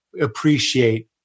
appreciate